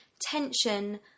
tension